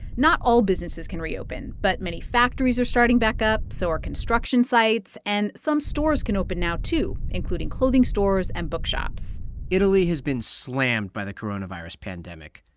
not all businesses can reopen, but many factories are starting back up so are construction sites. and some stores can open now, too, including clothing stores and bookshops italy has been slammed by the coronavirus pandemic.